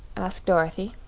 asked dorothy.